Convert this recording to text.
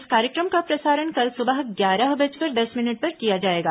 इस कार्यक्रम का प्रसारण कल सुबह ग्यारह बजकर दस मिनट पर किया जाएगा